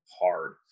hard